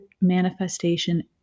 manifestation